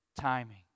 timing